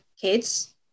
kids